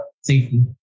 safety